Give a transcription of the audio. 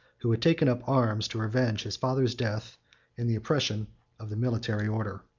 who had taken up arms to revenge his father's death and the oppression of the military order.